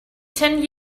ten